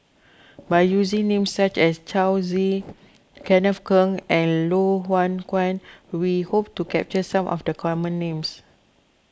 by using names such as Yao Zi Kenneth Keng and Loh Hoong Kwan we hope to capture some of the common names